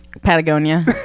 Patagonia